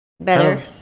better